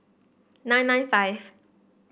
nine nine five